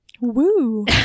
Woo